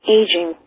aging